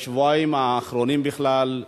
בשבועיים האחרונים בכלל,